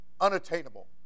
unattainable